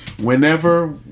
whenever